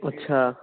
ਅੱਛਾ